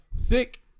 thick